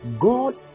god